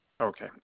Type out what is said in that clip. Okay